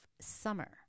summer